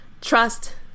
trust